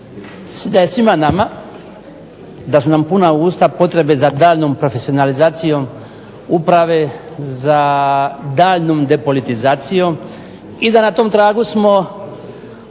da je svima nama, da su nam puna usta potrebe za daljnjom profesionalizacijom uprave, za daljnjom depolitizacijom i da na tom tragu smo